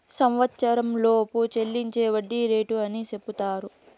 సంవచ్చరంలోపు చెల్లించే వడ్డీ రేటు అని సెపుతారు